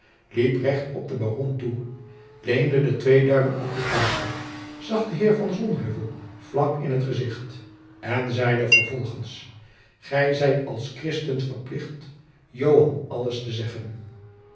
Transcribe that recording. liep recht op den baron toe leende de twee duimen op de tafel zag den heer jacob van lennep de pleegzoon van sonheuvel vlak in t gezicht en zeide vervolgens gij zijt als christen verplicht joan alles te zeggen